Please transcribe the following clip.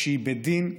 כשהיא בדין,